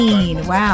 Wow